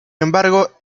embargo